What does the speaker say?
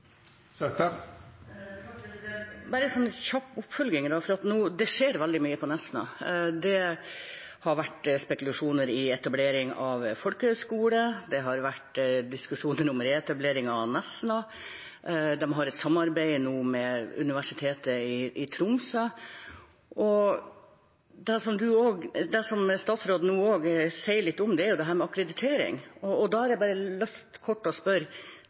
Bare en kjapp oppfølging, for det skjer veldig mye på Nesna: Det har vært spekulasjoner om etablering av folkehøyskole, det har vært diskusjoner om reetablering av Nesna, de har et samarbeid nå med Universitetet i Tromsø. Det statsråden nå også sier litt om, er dette med akkreditering. Da har jeg bare lyst til kort å spørre: